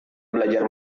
belajar